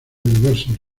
diversos